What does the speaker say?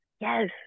Yes